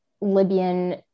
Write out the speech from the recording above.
Libyan